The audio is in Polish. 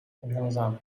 uwiązane